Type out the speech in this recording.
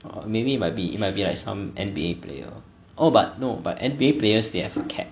or maybe it might be it might be like some N_B_A player oh but no but N_B_A players they have a cap